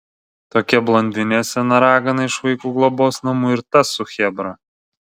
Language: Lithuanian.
tokia blondinė sena ragana iš vaikų globos namų ir tas su chebra